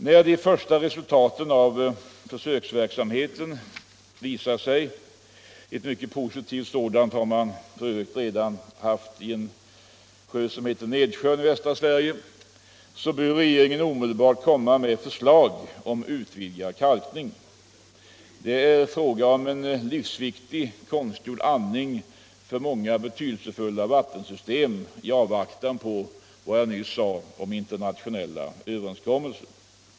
När de första resultaten av försöksverksamheten visar sig — ett mycket positivt sådant har man för övrigt redan av försöken i Nedsjön — bör regeringen omedelbart komma med förslag om utvidgad kalkning. Det är fråga om en livsviktig konstgjord andning för många betydelsefulla vattensystem i avvaktan på en internationell överenskommelse.